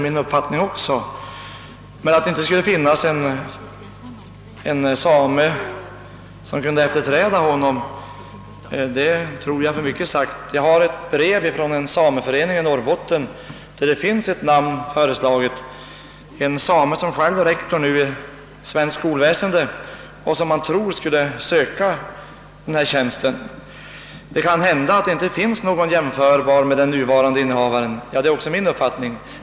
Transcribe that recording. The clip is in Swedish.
Men att det inte skulle finnas en same som kunde efterträda honom tror jag är för mycket sagt. Från en sameförening i Norrbotten har jag fått ett brev med förslag på ett namn. Det är en same som själv nu är rektor i det svenska skolväsendet och som man tror skulle söka denna tjänst. Det kan hända att det inte finns någon som är jämförbar med den nuvarande innehavaren; den uppfattningen har jag själv hyst.